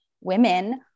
women